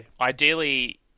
ideally